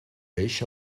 eixa